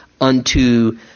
unto